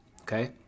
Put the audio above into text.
okay